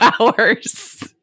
hours